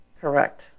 Correct